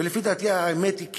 ולפי דעתי האמת היא באמצע,